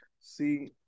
See